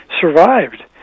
survived